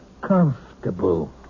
comfortable